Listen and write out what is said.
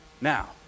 Now